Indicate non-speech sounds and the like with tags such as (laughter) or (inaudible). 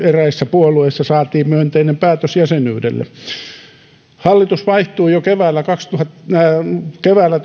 (unintelligible) eräissä puolueissa saatiin myönteinen päätös jäsenyydelle hallitus vaihtui jo keväällä (unintelligible)